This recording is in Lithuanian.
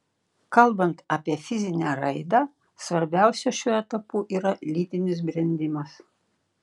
kalbant apie fizinę raidą svarbiausia šiuo etapu yra lytinis brendimas